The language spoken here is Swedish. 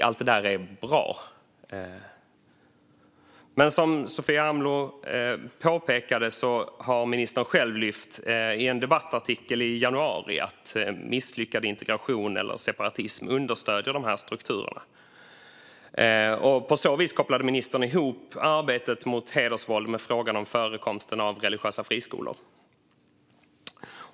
Allt detta är bra. Men som Sofia Amloh påpekade har ministern själv, i en debattartikel i januari, tagit upp att misslyckad integration eller separatism understöder dessa strukturer. På så vis kopplade ministern ihop arbetet mot hedersvåld med frågan om förekomsten av religiösa friskolor.